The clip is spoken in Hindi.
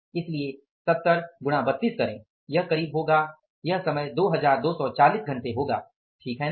इसलिए 70 गुणा 32 करें यह करीब होगा यह समय 2240 घंटे होगा है ना